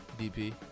DP